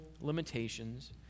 limitations